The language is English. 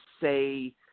say